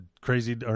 Crazy